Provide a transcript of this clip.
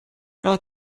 not